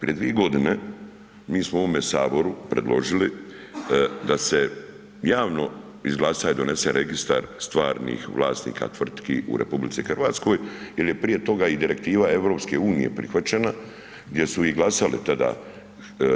Prije dvije godine mi smo u ovome saboru predložili da se javno izglasa i donese registar stvarnih vlasnika tvrtki u RH jer je prije toga i Direktiva EU prihvaćena gdje su i glasali tada